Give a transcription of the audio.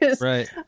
right